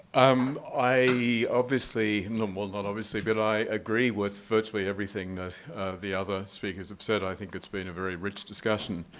um i, obviously, and um well, not obviously, but i agree with virtually everything that the other speakers have said, i think it's been a very rich discussion.